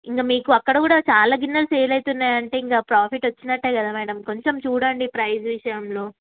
ఇంక మీకు అక్కడ కూడా చాలా గిన్నెలు సేల్ అయితున్నాయి అంటే ఇంకా ప్రాఫిట్ వచ్చినట్టు కదా మేడం కొంచెం చూడండి ప్రైస్ విషయంలో